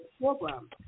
program